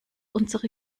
unsere